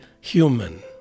human